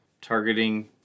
targeting